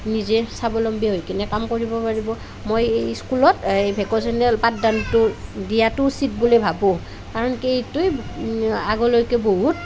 নিজে স্বাৱলম্বী হৈ কিনে কাম কৰিব পাৰিব মই এই স্কুলত এই ভেকেশ্যনেল পাঠদানটো দিয়াতো উচিত বুলি ভাবোঁ কাৰণ কি এইটোৱেই আগলৈকে বহুত